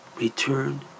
return